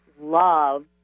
love